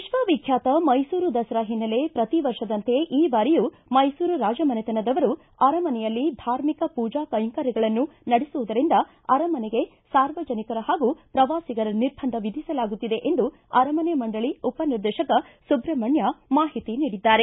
ವಿಶ್ವವಿಖ್ಯಾತ ಮೈಸೂರು ದಸರಾ ಹಿನ್ನೆಲೆ ಪ್ರತಿ ವರ್ಷದಂತೆ ಈ ಬಾರಿಯೂ ಮೈಸೂರು ರಾಜಮನೆತನದವರು ಅರಮನೆಯಲ್ಲಿ ಧಾರ್ಮಿಕ ಪೂಜಾ ಕೈಂಕರ್ಯಗಳನ್ನ ನಡೆಸುವುದರಿಂದ ಅರಮನೆಗೆ ಸಾರ್ವಜನಿಕರ ಪಾಗೂ ಪ್ರವಾಸಿಗರ ನಿರ್ಬಂಧ ವಿಧಿಸಲಾಗುತ್ತಿದೆ ಎಂದು ಅರಮನೆ ಮಂಡಳಿ ಉಪ ನಿರ್ದೇಶಕ ಸುಬ್ರಹ್ಮಣ್ಯ ಮಾಹಿತಿ ನೀಡಿದ್ದಾರೆ